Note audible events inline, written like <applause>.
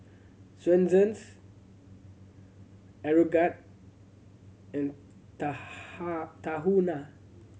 Swensens Aeroguard and <unintelligible> Tahuna